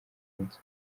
inzu